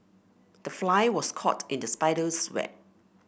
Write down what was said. the fly was caught in the spider's web